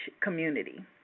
community